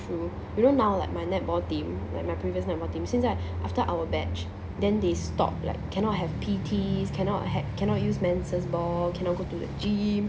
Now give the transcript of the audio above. true you know now like my netball team like my previous netball team 现在 after our batch then they stop like cannot have P_T cannot have cannot use ball cannot go to the gym